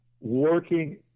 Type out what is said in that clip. working